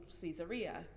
Caesarea